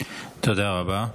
תודה רבה.